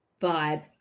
vibe